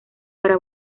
para